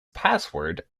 password